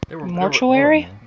mortuary